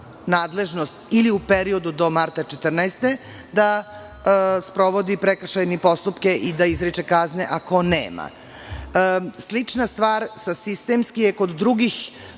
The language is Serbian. nadležnost, ili u periodu do marta 2014. godine da sprovodi prekršajne postupke i da izriče kazne ako nema. Slična stvar sistemski je kod drugih